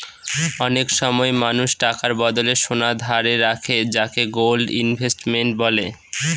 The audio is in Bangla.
অনেক সময় মানুষ টাকার বদলে সোনা ধারে রাখে যাকে গোল্ড ইনভেস্টমেন্ট বলে